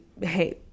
hey